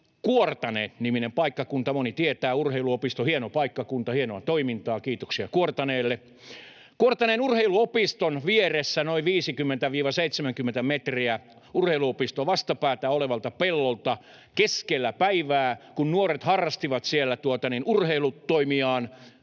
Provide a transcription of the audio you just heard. Kuortane‑niminen paikkakunta. Moni tietää: urheiluopisto, hieno paikkakunta, hienoa toimintaa — kiitoksia Kuortaneelle. Kuortaneen urheiluopiston vieressä, noin 50–70 metriä urheiluopistoa vastapäätä olevalta pellolta keskellä päivää, kun nuoret harrastivat siellä urheilutoimiaan,